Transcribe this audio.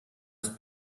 ist